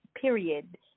period